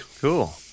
Cool